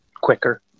quicker